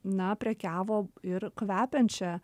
na prekiavo ir kvepiančia